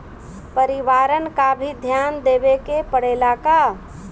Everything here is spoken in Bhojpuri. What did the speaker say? परिवारन पर भी ध्यान देवे के परेला का?